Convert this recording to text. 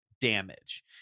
damage